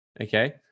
Okay